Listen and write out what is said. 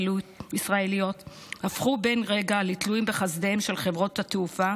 ישראליות הפכו בן רגע לתלויים בחסדיהן של חברות התעופה